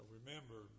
remember